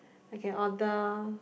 I can order